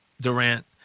Durant